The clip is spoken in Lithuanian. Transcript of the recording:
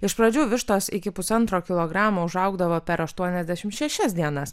iš pradžių vištos iki pusantro kilogramo užaugdavo per aštuoniasdešimt šešias dienas